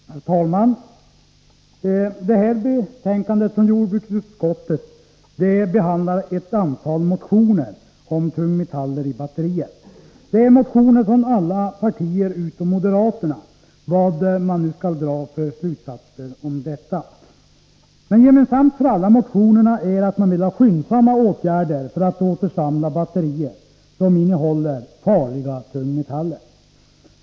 Herr talman! Det här betänkandet från jordbruksutskottet behandlar ett antal motioner om tungmetaller i batterier. Det är motioner från alla partier utom moderaterna, vad man nu skall dra för slutsatser av detta. Gemensamt för alla motionerna är att man vill ha skyndsamma åtgärder för att återsamla batterier som innehåller farliga tungmetaller.